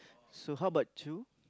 so how about you